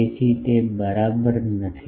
તેથી તે બરાબર નથી